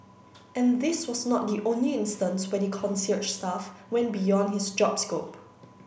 and this was not the only instance where the concierge staff went beyond his job scope